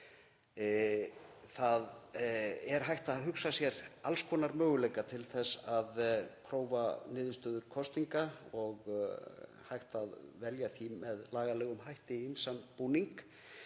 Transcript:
Það er hægt að hugsa sér alls konar möguleika til þess að prófa niðurstöður kosninga og hægt að velja því með lagalegum hætti ýmsan búning.